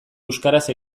euskaraz